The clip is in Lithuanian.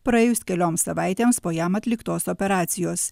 praėjus kelioms savaitėms po jam atliktos operacijos